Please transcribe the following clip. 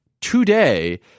today